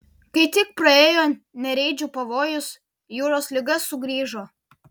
kai tik praėjo nereidžių pavojus jūros liga sugrįžo